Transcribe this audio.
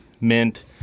mint